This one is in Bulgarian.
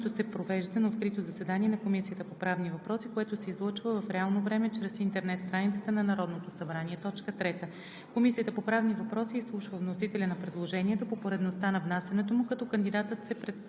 които отговарят на изискванията за заемане на длъжността по чл. 50 от Изборния кодекс. 2. Изслушването се провежда на открито заседание на Комисията по правни въпроси, което се излъчва в реално време чрез интернет страницата на Народното събрание. 3.